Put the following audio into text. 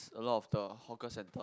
a lot of the hawker centre